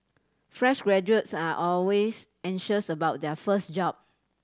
fresh graduates are always anxious about their first job